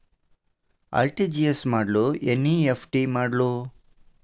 RTGS ಮಾಡ್ಲೊ NEFT ಮಾಡ್ಲೊ?